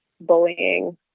bullying